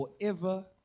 forever